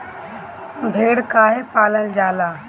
भेड़ काहे पालल जाला?